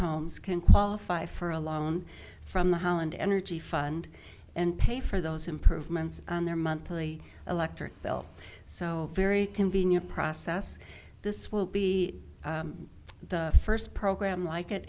homes can qualify for a loan from the holland energy fund and pay for those improvements on their monthly electric bill so very convenient process this will be the first program like it